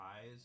eyes